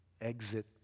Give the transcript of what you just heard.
exit